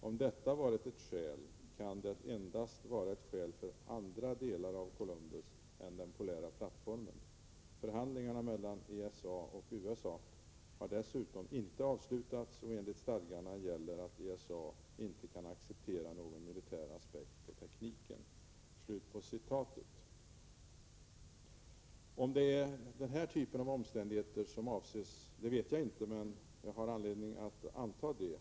Om detta varit ett skäl kan det endast vara ett skäl för andra delar av Columbus än den polära plattformen. Förhandlingarna mellan ESA och USA har dessutom inte avslutats och enligt stadgarna gäller att ESA inte kan acceptera någon militär aspekt på tekniken.” Jag vet inte om det är denna typ av omständigheter som avses, men jag har anledning att anta det.